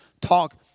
talk